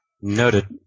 Noted